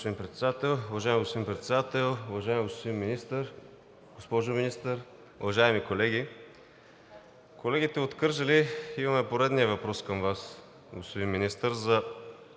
Уважаеми господин Председател, уважаеми господин Министър, госпожо Министър, уважаеми колеги! Колегите от Кърджали имаме поредния въпрос към Вас, господин Министър, този